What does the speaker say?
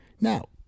now